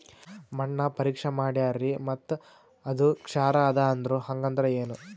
ಮಣ್ಣ ಪರೀಕ್ಷಾ ಮಾಡ್ಯಾರ್ರಿ ಮತ್ತ ಅದು ಕ್ಷಾರ ಅದ ಅಂದ್ರು, ಹಂಗದ್ರ ಏನು?